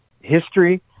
history